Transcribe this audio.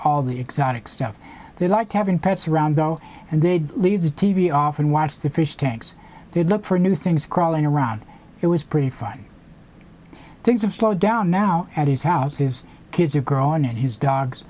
all the exotic stuff they like having pets around though and they'd leave the t v off and watch the fish tanks they look for new things crawling around it was pretty funny things have slowed down now at his house his kids are grown and his dogs